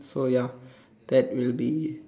so ya that will be